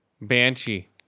Banshee